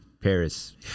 Paris